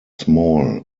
small